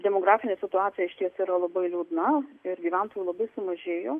demografinė situacija išties yra labai liūdna ir gyventojų labai sumažėjo